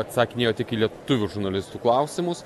atsakinėjo tik į lietuvių žurnalistų klausimus